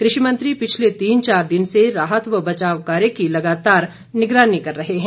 कृषि मंत्री पिछले तीन चार दिन से राहत व बचाव कार्य की लगातार निगरानी कर रहे हैं